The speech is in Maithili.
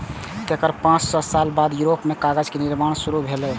तेकर पांच सय साल बाद यूरोप मे कागज के निर्माण शुरू भेलै